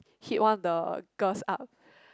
hit one of the girls up